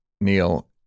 Neil